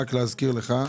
רק להזכיר לך,